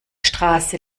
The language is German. straße